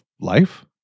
life